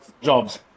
jobs